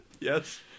yes